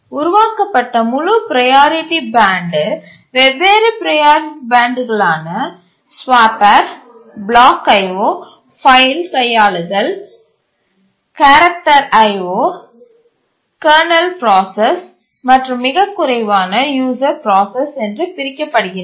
உருவாக்கப்பட்ட முழு priority band வெவ்வேறு ப்ரையாரிட்டி பேண்ட்டுகளான ஸ்வாப்பர் பிளாக் IO ஃபைல் கையாளுதல் character I O kernel process மற்றும் மிகக் குறைவான யூசர் ப்ராசஸ் என்று பிரிக்கப்படுகின்றன